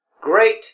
great